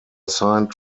assigned